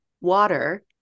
Water-